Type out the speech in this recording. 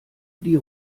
die